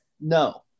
no